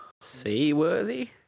seaworthy